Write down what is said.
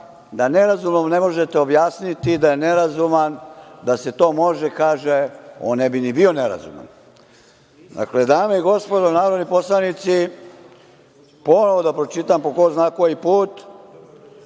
da nerazumnom ne možete objasniti da je nerazuman, jer, da se to može, on ne bi ni bio nerazuman. Dame i gospodo narodni poslanici, ponovo da pročitam, po ko zna koji put,